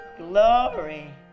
glory